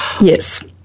Yes